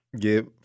Give